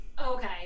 okay